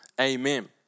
amen